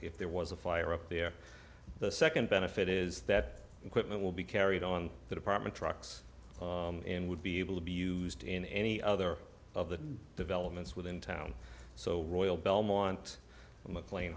if there was a fire up there the second benefit is that equipment will be carried on the department trucks and would be able to be used in any other of the developments within town so royal belmont mclean